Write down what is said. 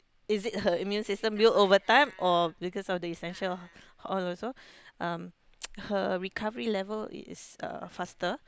is it her immune system built over time or because of the essential oil also um her recovery level is uh faster